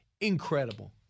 Incredible